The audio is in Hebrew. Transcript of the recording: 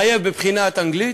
לחייב בבחינת אנגלית,